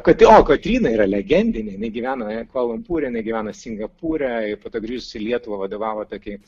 kad jo kotryna yra legendinė jinai gyveno kvala lumpūre jinai gyveno singapūre ir po to grįžusi į lietuvą vadovavo tokiai